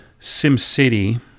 SimCity